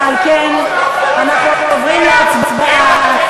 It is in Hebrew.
ועל כן אנחנו עוברים להצבעה,